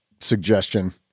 suggestion